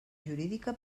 jurídica